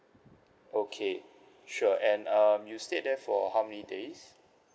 okay sure and um you stayed there for how many days